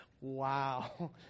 Wow